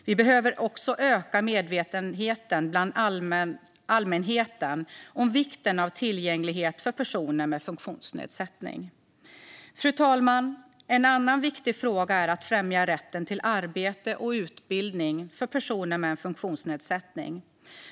Vi behöver också öka medvetenheten bland allmänheten om vikten av tillgänglighet för personer med funktionsnedsättning. Fru talman! En annan viktig fråga är främjandet av rätten till arbete och utbildning för personer med funktionsnedsättning.